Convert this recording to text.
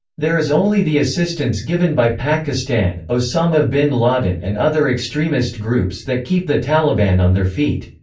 there is only the assistance given by pakistan, osama bin laden and other extremist groups that keep the taliban on their feet.